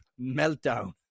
meltdown